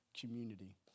community